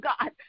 God